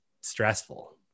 stressful